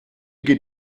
geht